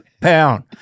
pound